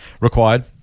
required